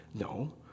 no